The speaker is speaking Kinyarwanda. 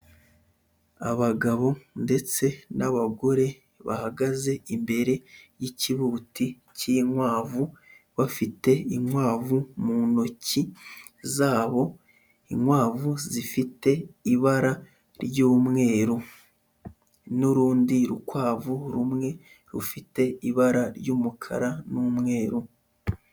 Abagabo ndetse n'abagore bahagaze imbere y'ikibuti cy'inkwavu, bafite inkwavu mu ntoki zabo, inkwavu zifite ibara ry'umweru n'urundi rukwavu rumwe rufite ibara ry'umukara n'umweru.